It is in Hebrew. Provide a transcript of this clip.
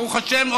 ברוך השם,